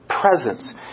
presence